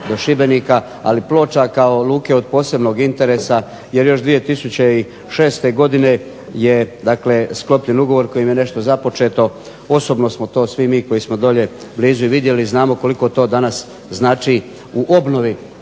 ali Ploča kao luke od posebnog interesa jer još 2006. godine je sklopljen ugovor kojim je nešto započeto. Osobno smo svi mi koji smo dolje blizu i vidjeli i znamo koliko to danas znači u obnovi